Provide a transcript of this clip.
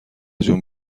جون